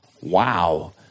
wow